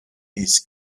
ist